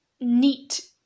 neat